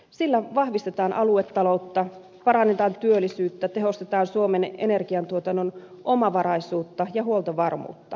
sillä vahvistetaan aluetaloutta parannetaan työllisyyttä ja tehostetaan suomen energiantuotannon omavaraisuutta ja huoltovarmuutta